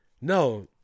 No